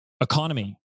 economy